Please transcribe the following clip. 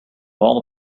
all